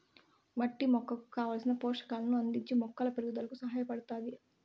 మట్టి మొక్కకు కావలసిన పోషకాలను అందించి మొక్కల పెరుగుదలకు సహాయపడుతాది